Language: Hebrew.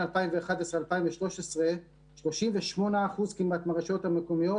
2011 ל-2013 כמעט 38% מהרשויות המקומיות,